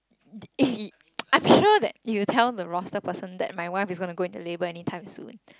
i'm sure that you tell the roaster person that my wife is going to go into labor anytime soon